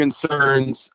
concerns